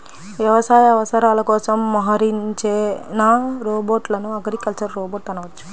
వ్యవసాయ అవసరాల కోసం మోహరించిన రోబోట్లను అగ్రికల్చరల్ రోబోట్ అనవచ్చు